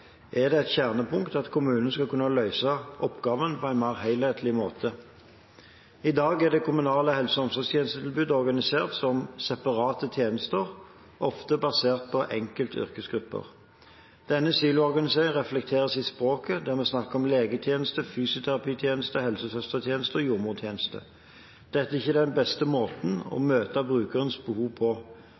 er det et kjernepunkt at kommunene skal kunne løse oppgaven på en mer helhetlig måte. I dag er de kommunale helse- og omsorgstjenestetilbudene organisert som separate tjenester, ofte basert på enkelte yrkesgrupper. Denne siloorganiseringen reflekteres i språket, der vi snakker om legetjenester, fysioterapitjenester, helsesøstertjenester og jordmortjenester. Dette er ikke den beste måten å møte brukerens behov på.